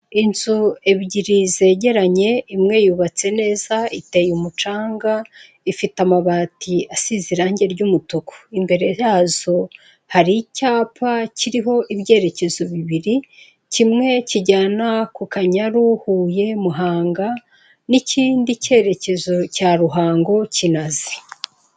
Inzu ebyiri zegeranye, imwe yubatse neza, iteye umucanga, ifite amabati asize irange ry'umutuku. Imbere yazo hari icyapa kiriho ibyerekezo bibiri: kimwe kijyana ku Kanyaru, Huye, Muhanga, n'ikindi cyerekezo cya Ruhango, Kinazi.